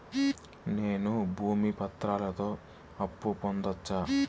నేను భూమి పత్రాలతో అప్పు పొందొచ్చా?